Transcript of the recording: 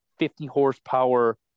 50-horsepower